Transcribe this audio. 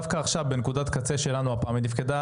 דווקא עכשיו בנקודת קצה שלנו הפעם היא תפקדה